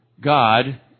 god